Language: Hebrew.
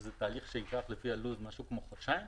וזה תהליך שייקח לפי הלו"ז משהו כמו חודשיים.